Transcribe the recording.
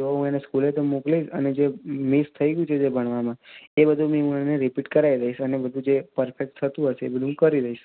એવો હું એને સ્કૂલે તો મોકલીશ અને જે મિસ થઇ ગયું છે જે ભણવામાં એ બધું બી હું એને રિપીટ કરાવી દઇશ અને બધું જે પરફેક્ટ થતું હશે એ બધું હું કરી દઇશ